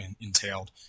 entailed